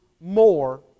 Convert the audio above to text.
more